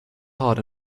hard